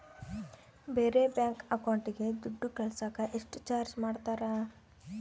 ಬೇರೆ ಬ್ಯಾಂಕ್ ಅಕೌಂಟಿಗೆ ದುಡ್ಡು ಕಳಸಾಕ ಎಷ್ಟು ಚಾರ್ಜ್ ಮಾಡತಾರ?